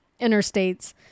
interstates